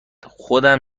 خودم